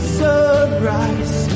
sunrise